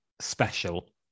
special